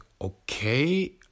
okay